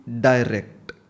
direct